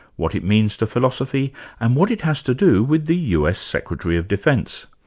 what it means to philosophy and what it has to do with the us secretary of defence.